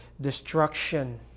destruction